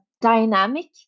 dynamic